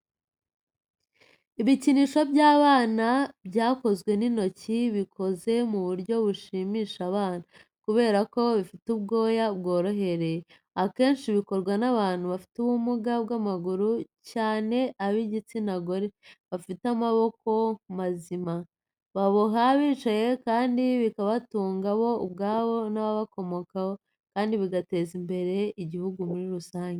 Ibikinisho by'abana byakozwe n’intoki, bikoze mu buryo bushimisha abana, kubera ko bifite ubwoya bworohereye, akenshi bikorwa n'abantu bafite ubumuga bw'amaguru cyane ab'igitsina gore, bafite amaboko mazima, baboha bicaye kandi bikabatunga bo ubwabo n'ababakomokaho, kandi bagateza imbere n'igihugu muri rusange.